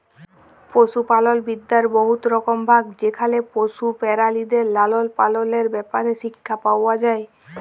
পশুপালল বিদ্যার বহুত রকম ভাগ যেখালে পশু পেরালিদের লালল পাললের ব্যাপারে শিখ্খা পাউয়া যায়